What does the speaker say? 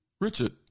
Richard